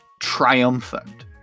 triumphant